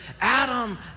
Adam